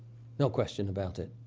no question about it.